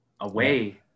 away